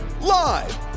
Live